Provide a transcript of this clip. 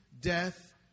death